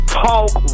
talk